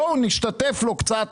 בואו נשתתף לו קצת